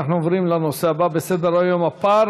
אנחנו עוברים לנושא הבא בסדר-היום: הפער